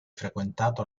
frequentato